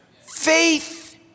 Faith